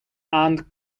and